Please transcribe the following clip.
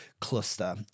cluster